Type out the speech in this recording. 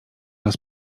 raz